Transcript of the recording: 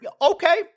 Okay